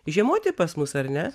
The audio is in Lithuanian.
žiemoti pas mus ar ne